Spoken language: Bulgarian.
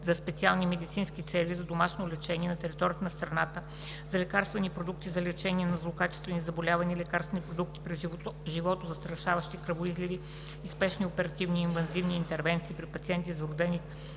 за специални медицински цели за домашно лечение на територията на страната“, за лекарствени продукти за лечение на злокачествени заболявания и лекарствени продукти при животозастрашаващи кръвоизливи и спешни оперативни и инвазивни интервенции при пациенти с вродени